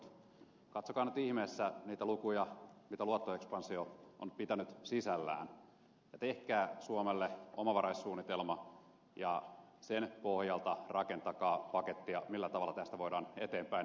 katsokaa nyt ihmeessä niitä lukuja mitä luottoekspansio on pitänyt sisällään ja tehkää suomelle omavaraissuunnitelma ja sen pohjalta rakentakaa pakettia millä tavalla tästä voidaan eteenpäin mennä